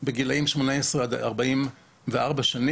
גילאים 18 עד 44 שנים,